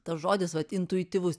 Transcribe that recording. tas žodis vat intuityvus